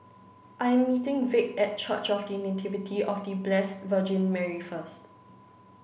I am meeting Vic at Church of The Nativity of The Blessed Virgin Mary first